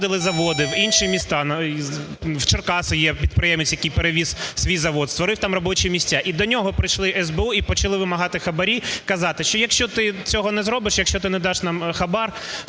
виводили заводи в інші міста. В Черкасах є підприємець, який перевіз свій завод, створив там робочі місця, і до нього прийшли СБУ і почали вимагати хабарі, казати, що "якщо ти цього не зробиш, якщо ти не даш нам хабар,